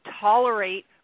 tolerate